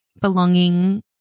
belonging